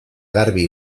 garbi